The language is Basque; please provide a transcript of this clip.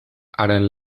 haren